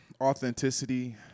authenticity